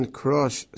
crush